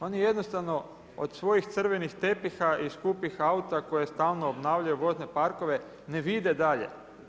Oni jednostavno od svojih crvenih tepiha i skupih auta, koje stalno obnavljaju vozne parkove, ne vide dalje.